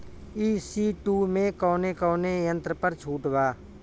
ई.सी टू मै कौने कौने यंत्र पर छुट बा?